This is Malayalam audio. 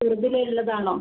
ചെറുതിലേ ഉള്ളതാണോ